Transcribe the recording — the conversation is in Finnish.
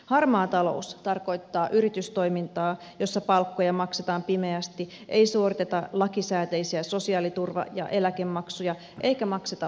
harmaa talous tarkoittaa yritystoimintaa jossa palkkoja maksetaan pimeästi ei suoriteta lakisääteisiä sosiaaliturva ja eläkemaksuja eikä makseta veroja